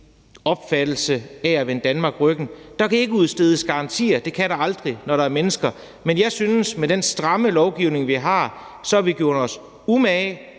opfattelse af, at de vender Danmark ryggen. Der kan ikke udstedes garantier. Det kan der aldrig, når der er mennesker. Men jeg synes, at med den stramme lovgivning, vi har, har vi gjort os umage.